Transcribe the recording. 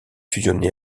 fusionné